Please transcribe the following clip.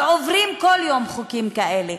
ועוברים כל יום חוקים כאלה,